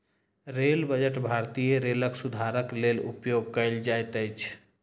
rail budget भारतीय रेलक सुधारक लेल उपयोग कयल जाइत अछि